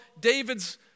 David's